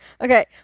Okay